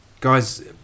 Guys